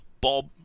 Bob